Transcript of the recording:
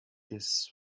this